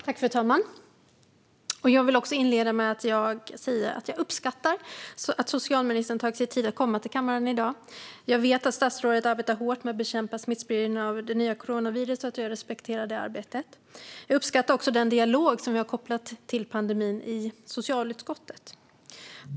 Fru talman! Jag vill inleda med att säga att jag uppskattar att socialministern har tagit sig tid att komma till kammaren i dag. Jag vet att statsrådet arbetar hårt med att bekämpa smittspridningen av det nya coronaviruset, och jag respekterar det arbetet. Jag uppskattar också den dialog som vi har kopplat till pandemin i socialutskottet.